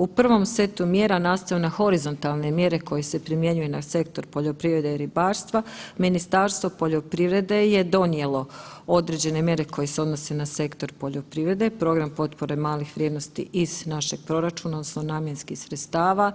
U prvom setu mjera nastavno na horizontalne mjere koje se primjenjuju na sektor poljoprivrede i ribarstva, Ministarstvo poljoprivrede je donijela određene mjere koje se odnose na sektor poljoprivrede, program potpore malih vrijednosti iz našeg proračuna odnosno namjenskih sredstava,